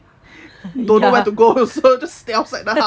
don't know where to go also just stay outside the house